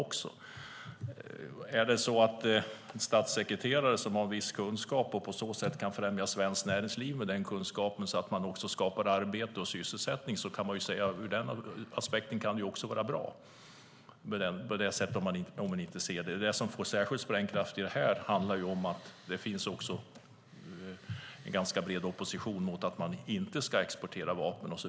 Om en statssekreterare som har en viss kunskap kan främja svenskt näringsliv med den kunskapen och därmed skapa arbete och sysselsättning kan vi säga att det är bra ur den aspekten. Det som får särskild sprängkraft här handlar ju om att det också finns en ganska bred opposition mot att exportera vapen.